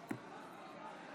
הולכים